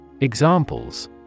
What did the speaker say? Examples